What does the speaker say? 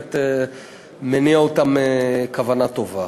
שבאמת מניעה אותם כוונה טובה.